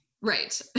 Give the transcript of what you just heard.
Right